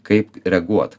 kaip reaguot